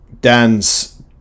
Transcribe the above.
dan's